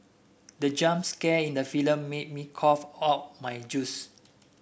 the jump scare in the film made me cough out my juice